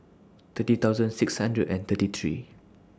thirty thousand six hundred and thirty three